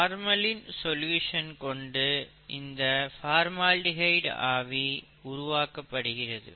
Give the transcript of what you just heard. formalin solution கொண்டு இந்த formaldehyde ஆவி உருவாக்கப்படுகிறது